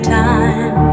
time